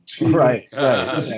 Right